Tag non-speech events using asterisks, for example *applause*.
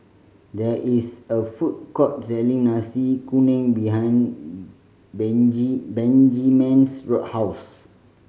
there is a food court selling Nasi Kuning behind *unintelligible* Benjiman's *unintelligible* house